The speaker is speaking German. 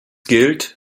gilt